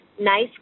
Nice